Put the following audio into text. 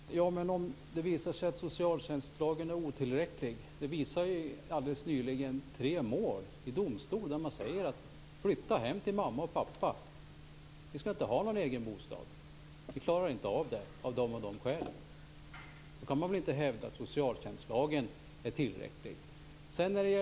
Fru talman! Men om det visar sig att socialtjänstlagen är otillräcklig? Det visar tre mål som alldeles nyligen avgjordes i domstol. Man sade: Flytta hem till mamma och pappa! Du skall inte ha någon egen bostad. Du klarar inte av det, av de och de skälen. Då kan man väl inte hävda att socialtjänstlagen är tillräcklig.